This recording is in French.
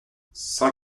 cent